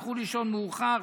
הלכו לישון מאוחר,